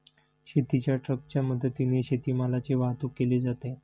शेतीच्या ट्रकच्या मदतीने शेतीमालाची वाहतूक केली जाते